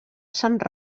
sant